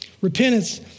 Repentance